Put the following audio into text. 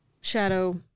shadow